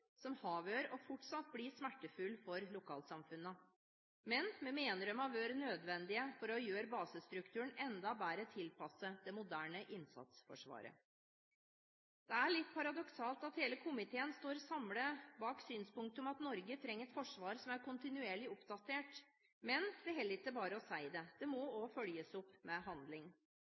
vært og som fortsatt blir smertefulle for lokalsamfunnene. Men vi mener de har vært nødvendige for å gjøre basestrukturen enda bedre tilpasset det moderne innsatsforsvaret. Det er litt paradoksalt at hele komiteen står samlet bak synspunktet om at Norge trenger et forsvar som er kontinuerlig oppdatert. Men det holder ikke bare å si det – det må også følges opp med handling.